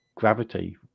Gravity